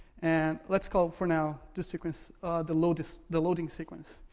and let's call, for now, the sequence the loading the loading sequence.